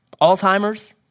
Alzheimer's